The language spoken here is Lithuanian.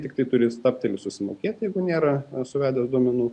tiktai turi stabteli susimokėti jeigu nėra suvedęs duomenų